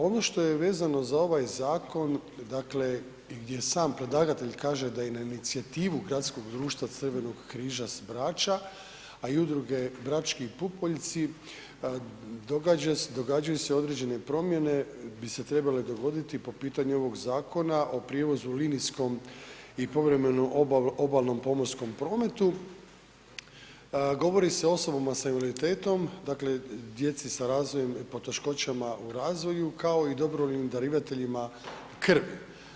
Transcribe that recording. Ono što je vezano za ovaj zakon, dakle gdje sam predlagatelj kaže da je na inicijativu Gradskog društva Crvenog križa s Brača, a i udruge Brački pupoljci, događaju se određene promjene, bi se trebale dogoditi po pitanju ovog zakona o prijevozu linijskom i povremeno obalnom pomorskom prometu, govori se o osobama sa invaliditetom, dakle djeci sa razvojem, poteškoćama u razvoju kao i dobrovoljnim darivateljima krvi.